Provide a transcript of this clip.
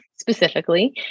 specifically